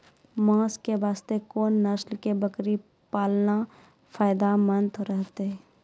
मांस के वास्ते कोंन नस्ल के बकरी पालना फायदे मंद रहतै?